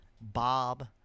Bob